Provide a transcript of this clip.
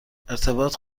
ارتباط